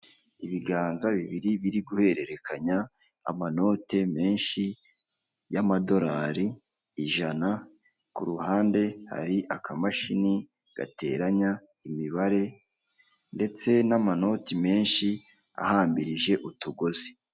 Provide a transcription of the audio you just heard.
Ibiganza bibiri biri guhererekanya amanote menshi y'amadolari ijana ku ruhande hari akamashini gateranya imibare ndetse n'amanoti menshi ahambirije utugozi.